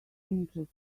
interested